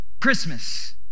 Christmas